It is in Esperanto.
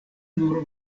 nur